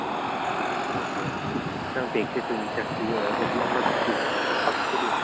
okay ꯑꯗꯨꯑꯣꯏꯔꯗꯤ ꯍꯦꯟꯕꯦꯛꯁꯦ twenty thirty ꯑꯣꯏꯔꯒꯗꯤ ꯑꯃꯗꯨꯗꯤ ꯐꯛꯇꯨꯗꯤ